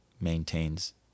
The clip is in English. maintains